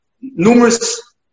numerous